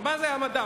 מה זה המדף?